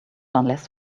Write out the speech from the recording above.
unless